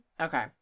Okay